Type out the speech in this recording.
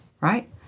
Right